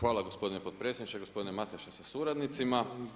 Hvala gospodine potpredsjedniče, gospodine Mateša sa suradnicima.